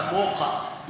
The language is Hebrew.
כמוך,